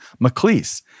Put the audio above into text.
McLeese